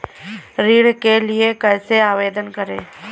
ऋण के लिए कैसे आवेदन करें?